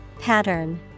Pattern